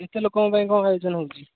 କେତେ ଲୋକଙ୍କ ପାଇଁ କ'ଣ ଆୟୋଜନ ହେଉଛି